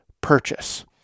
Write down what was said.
purchase